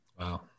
Wow